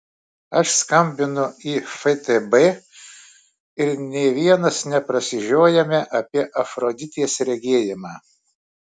aš skambinu į ftb ir nė vienas neprasižiojame apie afroditės regėjimą